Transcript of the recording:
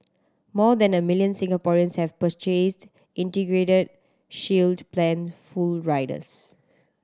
more than a million Singaporeans have purchased Integrated Shield Plan full riders